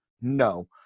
no